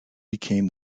became